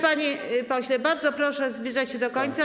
Panie pośle, bardzo proszę zbliżać się do końca.